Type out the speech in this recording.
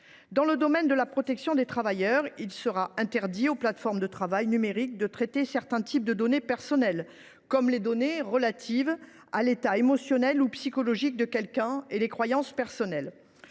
Dans le domaine de la protection des travailleurs, il sera interdit aux plateformes de travail numériques de traiter certains types de données personnelles, comme les données relatives à l’état émotionnel ou psychologique de quelqu’un et les croyances personnelles.